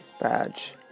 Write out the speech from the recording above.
badge